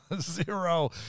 Zero